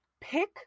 pick